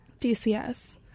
DCS